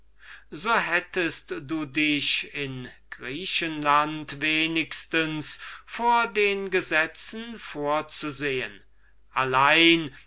so hättest du dich in griechenland wenigstens vor den gesetzen vorzusehen allein